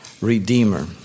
Redeemer